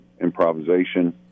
improvisation